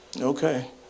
okay